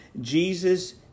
Jesus